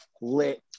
lit